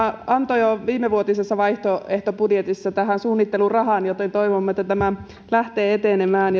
antoi jo viimevuotisessa vaihtoehtobudjetissaan tähän suunnittelurahan joten toivomme että tämä lähtee etenemään